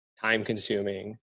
time-consuming